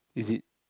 is it